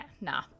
nah